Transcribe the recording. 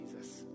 jesus